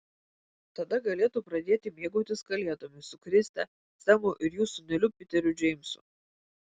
tada galėtų pradėti mėgautis kalėdomis su kriste semu ir jų sūneliu piteriu džeimsu